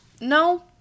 No